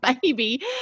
baby